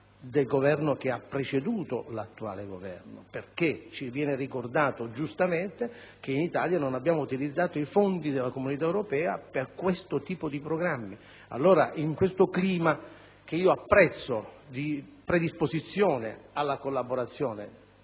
del Governo precedente. Ci viene ricordato giustamente che in Italia non abbiamo utilizzato i fondi dell'Unione europea per questo tipo di programmi. Allora, in questo clima - che apprezzo - di predisposizione alla collaborazione